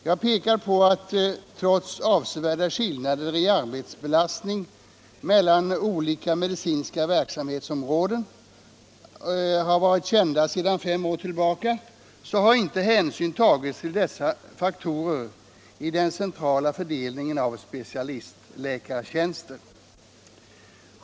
Jag pekar på att — trots att avsevärda skillnader i arbetsbelastning mellan olika medicinska verksamhetsområden varit kända sedan fem år tillbaka — hänsyn inte har tagits till dessa faktorer i den centrala fördelningen av specialistläkartjänster.